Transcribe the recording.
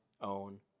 own